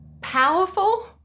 Powerful